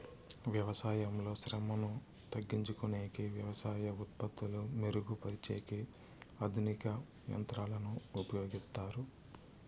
వ్యవసాయంలో శ్రమను తగ్గించుకొనేకి వ్యవసాయ ఉత్పత్తులు మెరుగు పరిచేకి ఆధునిక యంత్రాలను ఉపయోగిస్తారు